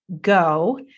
go